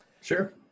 Sure